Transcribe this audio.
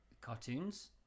cartoons